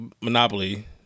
Monopoly